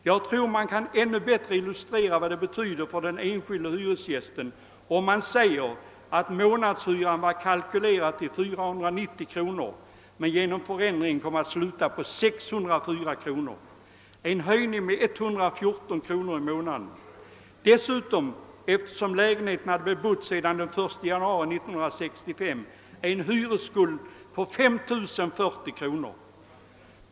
Jag tror att man ännu bättre kan illustrera vad det betyder för den enskilde hyresgästen om man säger att månadshyran var kalkylerad till 490 kr. men genom ändringen kom att sluta på 604 kr., en höjning med 114 kr. i månaden. Eftersom lägenheten hade bebotts sedan den 1 januari 1965 blev det dessutom en hyresskuld på 5 040 kr.